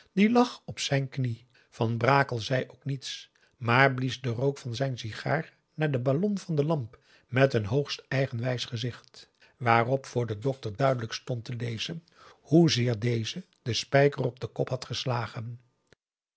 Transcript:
die lag op zijn knie van brakel zei ook niets maar blies den rook van zijn sigaar naar den ballon van de lamp met een hoogst eigenwijs gezicht waarop voor den dokter duidelijk stond te lezen hoezeer deze den spijker op den kop had geslagen